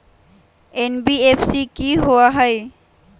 NBFC कि होअ हई?